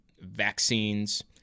vaccines